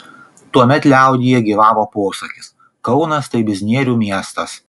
tuomet liaudyje gyvavo posakis kaunas tai biznierių miestas